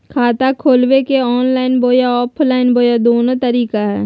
खाता खोले के ऑनलाइन बोया ऑफलाइन बोया दोनो सुविधा है?